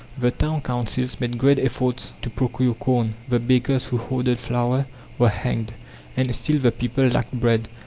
the town councils made great efforts to procure corn the bakers who hoarded flour were hanged and still the people lacked bread.